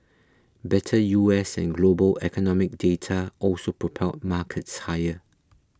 better U S and global economic data also propelled markets higher